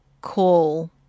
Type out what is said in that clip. call